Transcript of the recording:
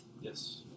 Yes